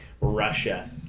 Russia